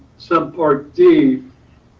subpart d.